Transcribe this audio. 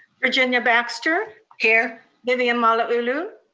virginia baxter? here vivian malauulu?